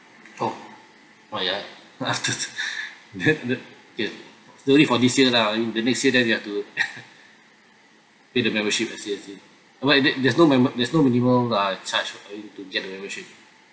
oh !aiya! have to that that ya it's only for this year lah in the next year you have to pay the membership I see see but there there's no membe~ there's no minimum uh charge in order to get the membership